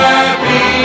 Happy